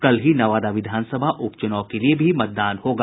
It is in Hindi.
कल ही नवादा विधानसभा उपचुनाव के लिये भी मतदान होगा